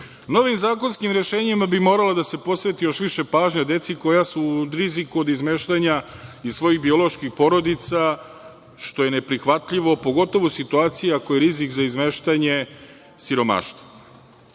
zakonskim rešenjima bi moralo da se posveti još više pažnje deci koja su u riziku od izmeštanja iz svojih bioloških porodica što je neprihvatljivo pogotovo u situaciji ako je rizik za izmeštanje siromaštvo.